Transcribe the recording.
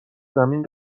زمین